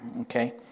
okay